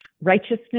righteousness